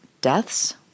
deaths